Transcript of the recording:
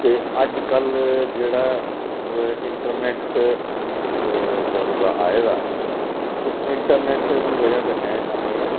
ते अज्जकल जेह्ड़ा इंटरनैट जदूं दा आए दा ते इंटरनैट दी बजह् कन्नै असें